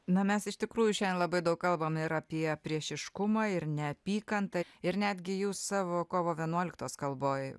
na mes iš tikrųjų šiandien labai daug kalbam ir apie priešiškumą ir neapykantą ir netgi jūs savo kovo vienuoliktos kalboj